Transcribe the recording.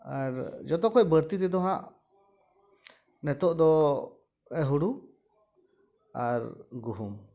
ᱟᱨ ᱡᱚᱛᱚᱠᱷᱚᱡ ᱵᱟᱹᱲᱛᱤ ᱛᱮᱫᱚ ᱦᱟᱸᱜ ᱱᱤᱛᱚᱜ ᱫᱚ ᱦᱳᱲᱳ ᱟᱨ ᱜᱩᱦᱩᱢ